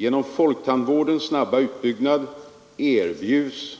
Genom folktandvårdens snabba utbyggnad erbjuds